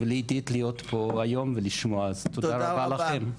ולעידית להיות פה היום ולשמוע, אז תודה רבה לכם.